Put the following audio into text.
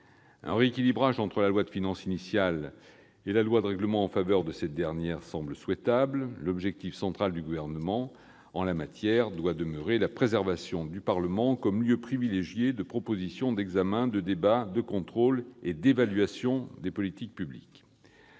Un rééquilibrage entre la loi de finances initiale et la loi de règlement, en faveur de cette dernière, semble souhaitable. L'objectif central du Gouvernement doit demeurer, en la matière, la préservation du Parlement comme lieu privilégié de proposition, d'examen, de débat, de contrôle et d'évaluation des politiques publiques.